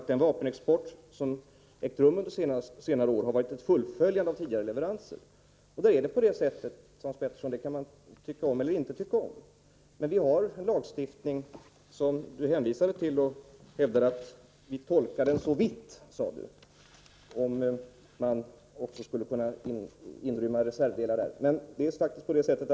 Herr talman! Jag har i mitt svar på Hans Peterssons i Hallstahammar fråga svarat att den vapenexport som ägt rum under senare år har varit ett fullföljande av tidigare leveranser. Hans Petersson hävdar att vi har gjort en vid tolkning av den lagstiftning som finns, eftersom reservdelar skulle kunna inrymmas där.